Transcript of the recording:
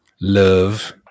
love